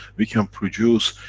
we can produce,